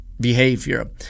behavior